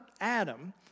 Adam